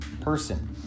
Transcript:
person